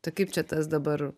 tai kaip čia tas dabar